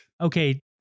Okay